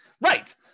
Right